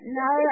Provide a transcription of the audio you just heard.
no